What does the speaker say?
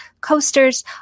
coasters